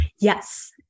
Yes